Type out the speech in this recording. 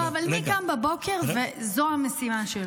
לא, אבל מי קם בבוקר וזו המשימה שלו?